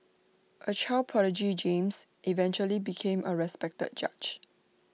A child prodigy James eventually became A respected judge